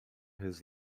his